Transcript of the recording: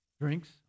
drinks